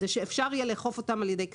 אפשר יהיה לאכוף על ידי קנסות.